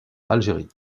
algérie